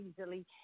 easily